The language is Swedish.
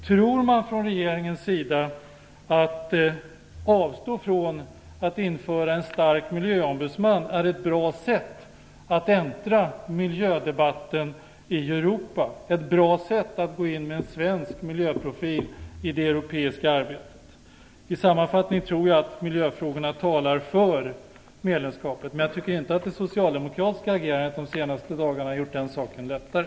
Tror man från regeringens sida att det är klokt att avstå från att införa en stark miljöombudsman? Tror man att det är ett bra sätt att äntra miljödebatten i Europa, ett bra sätt att gå in med en svensk miljöprofil i det europeiska arbetet? I sammanfattning tror jag att miljöfrågorna talar för medlemskapet, men jag tycker inte att det socialdemokratiska agerandet de senaste dagarna har gjort den saken lättare.